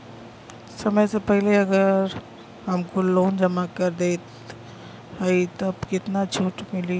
समय से पहिले अगर हम कुल लोन जमा कर देत हई तब कितना छूट मिली?